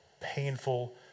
painful